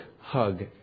hug